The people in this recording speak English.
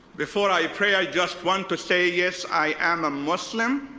before i pray, i just want to say, yes, i am a muslim,